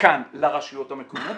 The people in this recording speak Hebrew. מכאן לרשויות המקומיות,